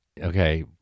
okay